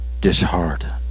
disheartened